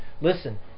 listen